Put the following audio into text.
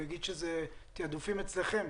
הוא יגיד שזה תעדופים אצלכם.